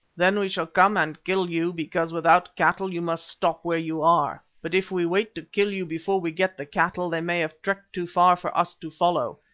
then we shall come and kill you, because without cattle you must stop where you are, but if we wait to kill you before we get the cattle, they may have trekked too far for us to follow.